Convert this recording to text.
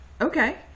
Okay